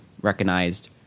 recognized